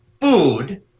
food